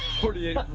forty eight.